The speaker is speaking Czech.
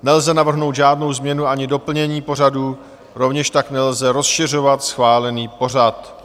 Nelze navrhnout žádnou změnu ani doplnění pořadu, rovněž tak nelze rozšiřovat schválený pořad.